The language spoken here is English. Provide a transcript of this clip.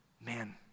Man